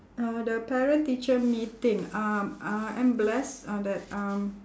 uh the parent teacher meeting um I am blessed uh that um